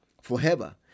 forever